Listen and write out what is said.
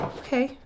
okay